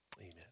amen